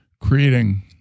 Creating